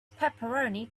pepperoni